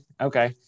okay